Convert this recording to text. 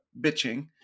bitching